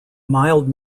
mild